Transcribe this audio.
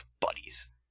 buddies